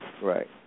Right